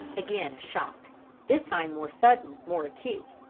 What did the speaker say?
again a shock this time more sudden, more acute.